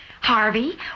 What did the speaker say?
Harvey